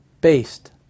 based